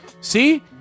see